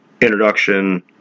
introduction